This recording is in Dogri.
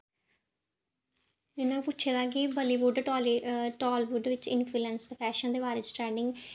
इ'नें पुच्छे दा ऐ कि बॉलीबुड्ड टाली टालीबुड बिच्च इंफ्लूयस फैशन दे बारे च ट्रैंडिंग